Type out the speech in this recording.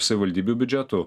savivaldybių biudžetų